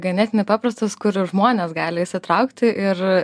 ganėtinai paprastas kur ir žmonės gali įsitraukti ir